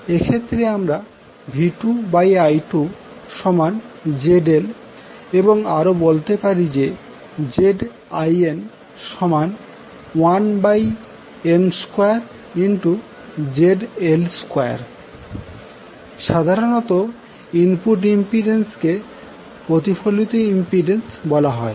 এক্ষেত্রে আমরা V2I2ZL এবং আরো বলতে পারি যে Zin1n2ZL2 সাধারণত ইনপুট ইম্পিড্যান্স কে প্রতিফলিত ইইম্পিড্যান্স বলা হয়